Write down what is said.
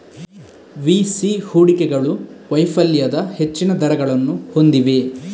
VC ಹೂಡಿಕೆಗಳು ವೈಫಲ್ಯದ ಹೆಚ್ಚಿನ ದರಗಳನ್ನು ಹೊಂದಿವೆ